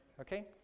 okay